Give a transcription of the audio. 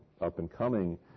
up-and-coming